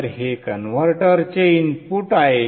तर हे कन्व्हर्टरचे इनपुट आहे